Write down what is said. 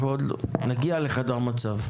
נגיע לחדר מצב.